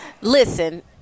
Listen